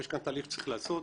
יש כאן תהליך שצריך לעשות.